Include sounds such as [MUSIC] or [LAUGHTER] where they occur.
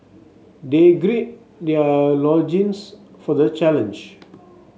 they grey their [UNINTELLIGIBLE] for the challenge